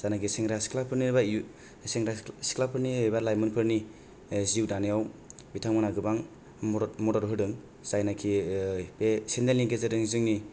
जानाखि सेंग्रा सिख्लाफोरनि एबा सेंग्रा सिख्लाफोरनि एबा लाइमोनफोरनि जिउ दानायाव बिथांमोनहा गोबां मदद होदों जायनाखि बे चेनेल नि गेजेरजों जोंनि